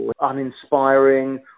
uninspiring